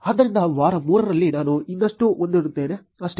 ಆದ್ದರಿಂದ ವಾರ 3 ರಲ್ಲಿ ನಾನು ಇಷ್ಟನ್ನು ಹೊಂದಿದ್ದೇನೆ ಅಷ್ಟೆ